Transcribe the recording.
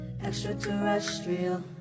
Extraterrestrial